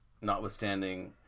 notwithstanding